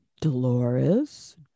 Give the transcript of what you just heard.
Dolores